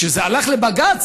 כשזה הלך לבג"ץ,